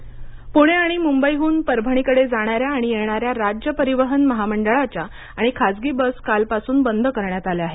Parbhani Pune bus Pune आणि मुंबईहन परभणीकडे जाणाऱ्या आणि येणाऱ्या राज्य परिवहन महामंडळाच्या आणि खासगी बस कालपासून बंद करण्यात आल्या आहेत